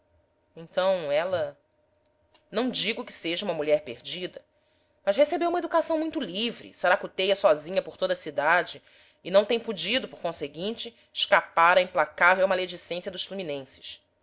então ela não digo que seja uma mulher perdida mas recebeu uma educação muito livre saracoteia sozinha por toda a cidade e não tem podido por conseguinte escapar á implacável maledicência dos fluminenses